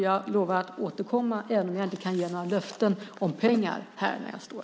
Jag lovar att återkomma, även om jag inte kan ge några löften om pengar stående här.